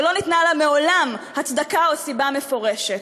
שלא ניתנה לה מעולם הצדקה או סיבה מפורשת.